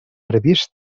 previst